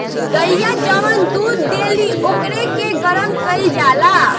गइया जवन दूध देली ओकरे के गरम कईल जाला